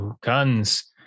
guns